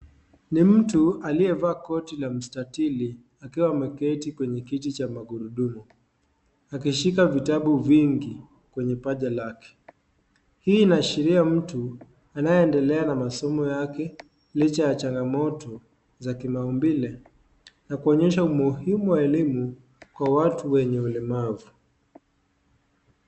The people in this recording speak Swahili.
Ni mtu aliyevaa koti la mstatili akiwa ameketi kwenye kiti cha magurudumu, akishika vitabu vingi kwenye pacha lake. Hii inaashiria mtu anayeendelea na masomo yake licha ya changamoto za kimaumbile na kuonyesha umuhimu wa elimu kwa watu wenye ulemavu.